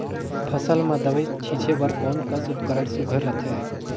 फसल म दव ई छीचे बर कोन कस उपकरण सुघ्घर रथे?